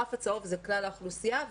הגרף הצהוב זה כלל האוכלוסייה,